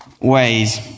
ways